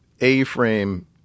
A-frame